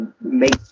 make